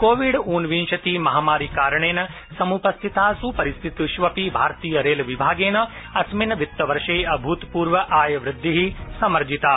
Covid उनविंशति महामारी कारणेन समुपस्थितासु परिस्थितिषु अपि भारतीय रेलयान विभागेन अस्मिन् वित वर्षे अभूतपूर्व आयवृद्धि समर्जिता